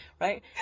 Right